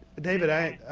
david, i